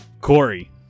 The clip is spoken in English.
Corey